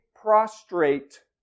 prostrate